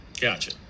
Gotcha